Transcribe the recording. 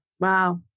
Wow